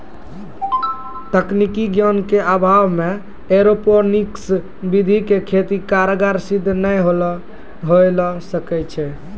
तकनीकी ज्ञान के अभाव मॅ एरोपोनिक्स विधि के खेती कारगर सिद्ध नाय होय ल सकै छो